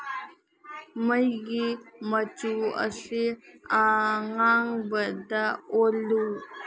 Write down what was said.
ꯃꯩꯒꯤ ꯃꯆꯨ ꯑꯁꯤ ꯑꯉꯥꯡꯕꯗ ꯑꯣꯜꯂꯨ